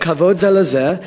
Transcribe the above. עם כבוד זה לזה,